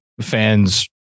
fans